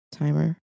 Timer